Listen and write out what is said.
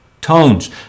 tones